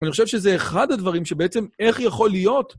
אני חושב שזה אחד הדברים שבעצם, איך יכול להיות...